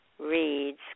Reads